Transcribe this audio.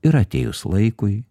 ir atėjus laikui